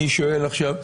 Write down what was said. אני שואל עכשיו,